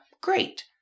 Great